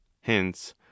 hence